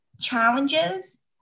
challenges